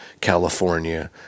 California